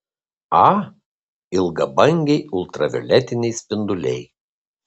a ilgabangiai ultravioletiniai spinduliai